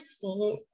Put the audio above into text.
see